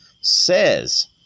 says